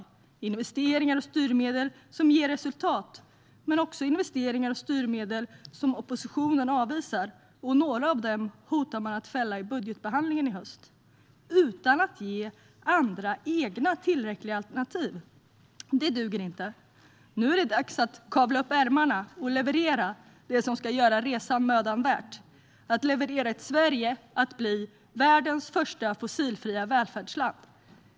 Det är investeringar och styrmedel som ger resultat men också investeringar och styrmedel som oppositionen avvisar. Några av dem hotar man att fälla i budgetbehandlingen i höst, utan att ge andra, egna alternativ. Det duger inte. Nu är det dags att kavla upp ärmarna och leverera det som ska göra resan mödan värd, att leverera ett Sverige som blir världens första fossilfria välfärdsland.